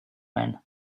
man